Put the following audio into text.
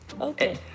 Okay